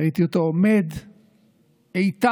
ראיתי אותו עומד איתן,